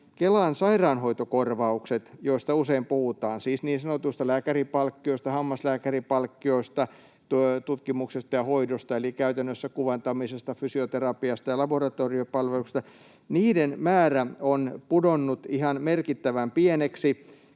Kelan sairaanhoitokorvausten, joista usein puhutaan, siis niin sanotuista lääkärinpalkkioista, hammaslääkärinpalkkioista, tutkimuksesta ja hoidosta eli käytännössä kuvantamisesta, fysioterapiasta ja laboratoriopalveluista, määrä on pudonnut ihan merkittävän pieneksi.